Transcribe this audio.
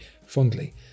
fondly